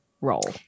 role